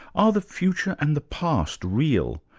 are the future and the past real?